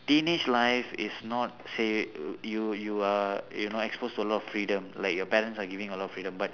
teenage life is not say you you are you know expose to a lot of freedom like your parents are giving a lot of freedom but